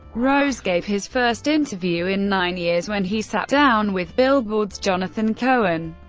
rose gave his first interview in nine years when he sat down with billboards jonathan cohen.